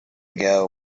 ago